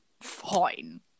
fine